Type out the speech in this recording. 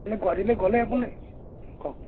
মানে গুৱাহাটীলৈ গ'লে আপুনি কওক